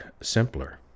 simpler